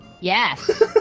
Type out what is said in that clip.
Yes